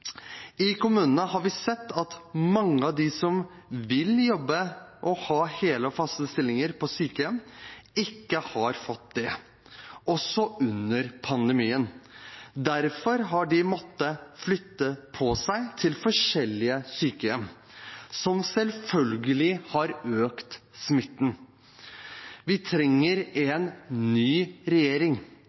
I kommunene har vi sett at mange av de som jobber og som vil ha hele og faste stillinger på sykehjem, ikke har fått det – også under pandemien. Derfor har de måttet flytte på seg til forskjellige sykehjem, som selvfølgelig har økt smitten. Vi trenger en ny regjering,